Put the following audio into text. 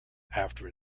after